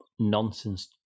nonsense